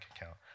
account